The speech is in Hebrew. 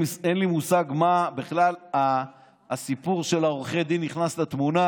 אין לי מושג למה בכלל הסיפור של עורכי הדין נכנס לתמונה,